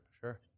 sure